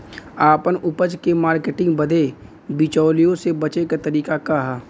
आपन उपज क मार्केटिंग बदे बिचौलियों से बचे क तरीका का ह?